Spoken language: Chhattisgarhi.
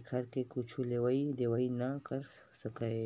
एखर ले कुछु लेवइ देवइ नइ कर सकय